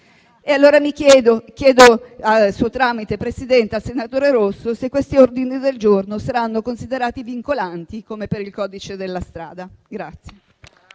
Allora, per suo tramite Presidente, chiedo al senatore Rosso se questi ordini del giorno saranno considerati vincolanti come per il codice della strada.